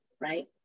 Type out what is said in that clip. right